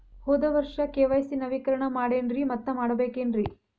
ಹೋದ ವರ್ಷ ಕೆ.ವೈ.ಸಿ ನವೇಕರಣ ಮಾಡೇನ್ರಿ ಮತ್ತ ಮಾಡ್ಬೇಕೇನ್ರಿ?